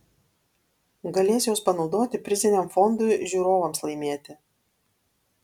galės juos panaudoti priziniam fondui žiūrovams laimėti